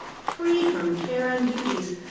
free from care and duties,